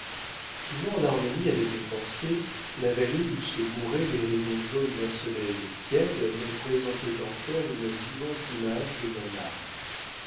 toujours en harmonie avec mes pensées la vallée où se mouraient les rayons jaunes d'un soleil tiède me présentait encore une vivante image de mon âme